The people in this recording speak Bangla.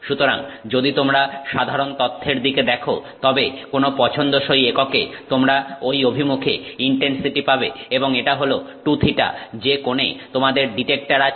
সুতরাং যদি তোমরা সাধারণ তথ্যের দিকে দেখো তবে কোনো পছন্দসই এককে তোমরা ঐ অভিমুখে ইনটেনসিটি পাবে এবং এটা হল 2θ যে কোণে তোমাদের ডিটেক্টর আছে